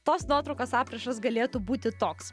tos nuotraukos aprašas galėtų būti toks